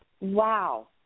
Wow